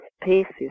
spaces